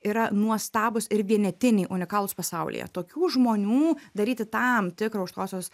yra nuostabūs ir vienetiniai unikalūs pasaulyje tokių žmonių daryti tam tikrą aukštosios